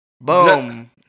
Boom